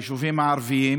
ביישובים הערביים,